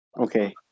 Okay